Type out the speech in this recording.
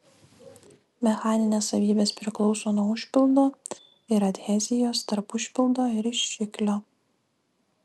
mechaninės savybės priklauso nuo užpildo ir adhezijos tarp užpildo ir rišiklio